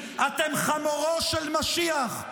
אתם חמורו של משיח,